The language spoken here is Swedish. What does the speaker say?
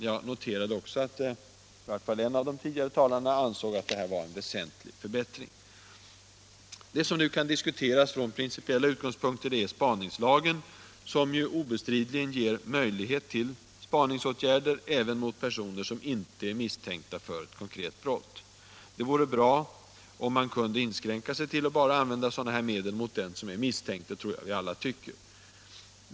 Jag noterade att i varje fall en av de föregående talarna ansåg att detta var en väsentlig förbättring. Det som nu diskuteras från principiella utgångspunkter är spaningslagen, som obestridligen ger möjlighet till spaningsåtgärder även mot personer som inte är misstänkta för ett konkret brott. Det vore bra om man kunde inskränka sig till att använda sådana här medel bara mot den som är misstänkt. Det tror jag att vi alla tycker.